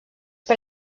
per